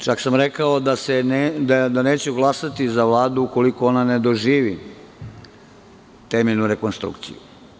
Čak sam rekao da neću glasati za Vladu ukoliko ona ne doživi temeljnu rekonstrukciju.